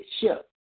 ship